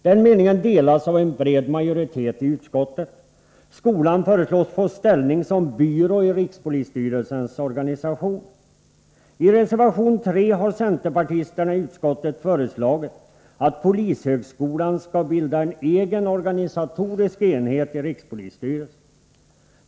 Den meningen delas av en bred majoritet i utskottet. Skolan föreslås få ställning som byrå i rikspolisstyrelsens organisation. I reservation 3 har centerpartisterna i utskottet föreslagit att polishögskolan skall bilda en egen organisatorisk enhet inom rikspolisstyrelsen.